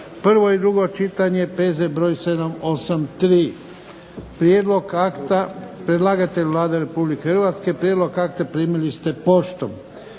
prvo i drugo čitanje, P.Z. br. 783. Prijedlog akta, predlagatelj Vlada Republike Hrvatske, prijedlog akta primili ste poštom.